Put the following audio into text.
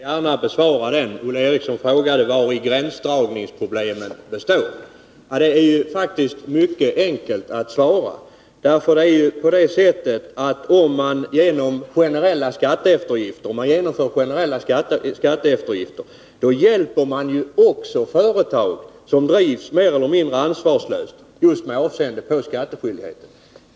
Herr talman! Jag fick en fråga av Olle Eriksson, som jag gärna skall besvara. Han undrade vari gränsdragningsproblemen består. Det är faktiskt mycket enkelt att svara. Om man genomför generella skatteeftergifter, hjälper man också företag som drivs mindre ansvarsfullt med avseende på skattskyldigheten.